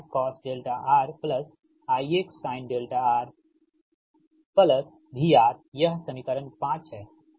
R cos δR IX sinδR VR यह समीकरण 5 सही है